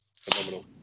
phenomenal